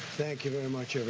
thank you very much,